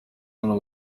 hano